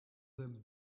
them